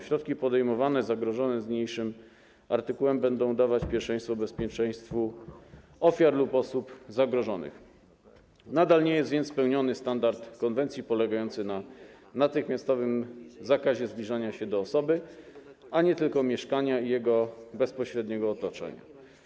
Środki podejmowane zgodnie z niniejszym artykułem będą dawać pierwszeństwo bezpieczeństwu ofiar lub osób zagrożonych, przy czym nadal nie jest spełniony standard konwencji polegający na natychmiastowym zakazie zbliżania się do osoby, a nie tylko do mieszkania i jego bezpośredniego otoczenia.